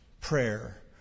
prayer